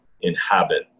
inhabit